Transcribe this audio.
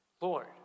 Lord